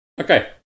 Okay